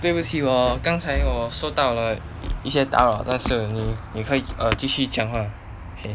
对不起我刚才收到了一些打扰但是你可以继续讲话